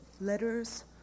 Letters